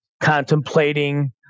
contemplating